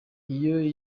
iyo